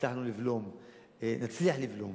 נצליח לבלום,